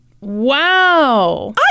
Wow